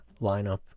lineup